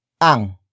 ANG